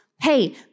hey